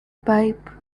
pipe